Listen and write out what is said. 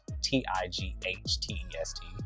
T-I-G-H-T-E-S-T